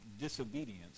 disobedience